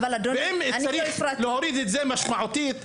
ואם צריך להוריד את זה משמעותית,